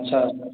ଆଚ୍ଛା